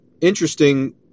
interesting